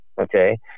Okay